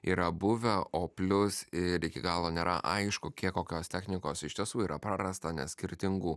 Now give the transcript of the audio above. yra buvę o plius ir iki galo nėra aišku kiek kokios technikos iš tiesų yra prarasta nes skirtingų